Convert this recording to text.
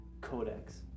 codex